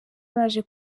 baje